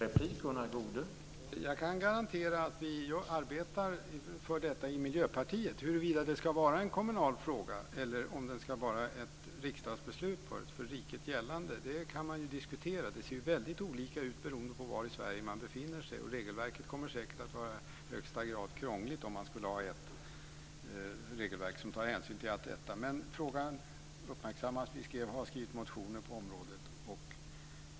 Herr talman! Jag kan garantera att vi i Miljöpartiet arbetar för detta. Huruvida det ska vara en kommunal fråga eller ett riksdagsbeslut för riket gällande kan man ju diskutera. Det ser väldigt olika ut beroende på var i Sverige man befinner sig, och regelverket kommer att bli krångligt om man ska ta hänsyn till detta. Men frågan uppmärksammas. Vi har väckt motioner på området.